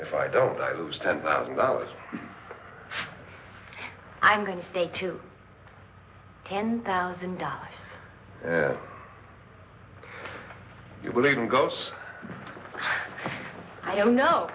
if i don't i lose ten thousand dollars i'm going to stay to ten thousand dollars it will even goes i don't know